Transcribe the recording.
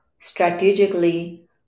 strategically